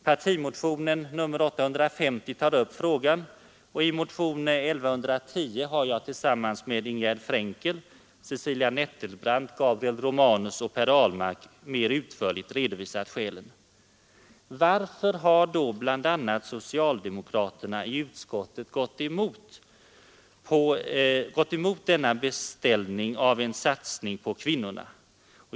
Partimotionen 850 tar upp frågan, och i motionen 1110 har jag tillsammans med Ingegärd Frenkel, Cecilia Nettelbrandt, Gabriel Romanus och Per Ahlmark mer utförligt redovisat Varför har då bl.a. socialdemokraterna i utskottet gått emot denna beställning av en satsning på kvinnorna?